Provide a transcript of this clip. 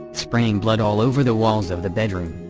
spraying blood all over the walls of the bedroom.